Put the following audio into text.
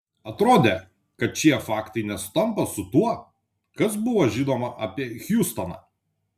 atrodė kad šie faktai nesutampa su tuo kas buvo žinoma apie hiustoną